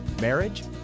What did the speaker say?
marriage